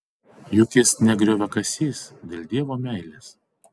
juk jis ne grioviakasys dėl dievo meilės